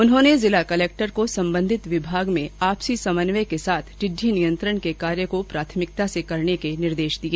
उन्होंने जिला कलेक्टर को संबंधित विभागों में आपसी समन्वय के साथ टिड़डी नियंत्रण के कार्य को प्राथमिकता से करने के निर्देश दिए